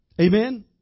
Amen